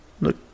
Look